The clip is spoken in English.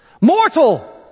Mortal